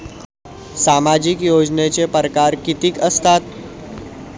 सामाजिक योजनेचे परकार कितीक असतात?